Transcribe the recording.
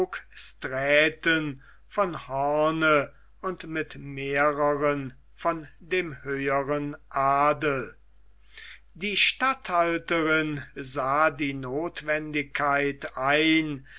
hoogstraaten von hoorn und mit mehreren von dem höheren adel die statthalterin sah die nothwendigkeit ein